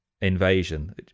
invasion